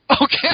Okay